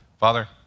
Father